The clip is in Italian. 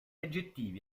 aggettivi